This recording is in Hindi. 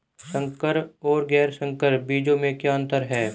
संकर और गैर संकर बीजों में क्या अंतर है?